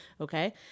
okay